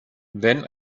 wenn